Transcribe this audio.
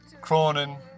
Cronin